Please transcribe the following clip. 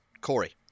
Corey